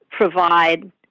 provide